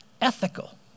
ethical